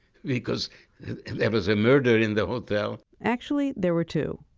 because there was a murder in the hotel actually, there were two,